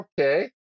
okay